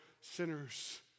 sinners